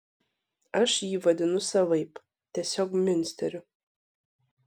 aš jį vadinu savaip tiesiog miunsteriu